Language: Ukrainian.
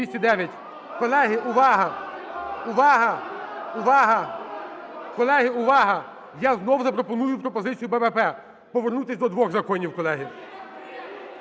Колеги, увага! Я знов запропоную пропозицію БПП повернутись до двох законів, колеги.